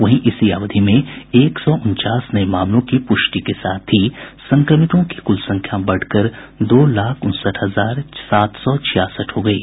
वहीं इसी अवधि में एक सौ उनचास नये मामलों की पुष्टि के साथ ही संक्रमितों की कुल संख्या बढ़कर दो लाख उनसठ हजार सात सौ छियासठ हो गयी